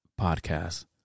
podcast